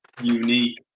Unique